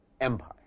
Empire